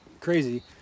crazy